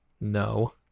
No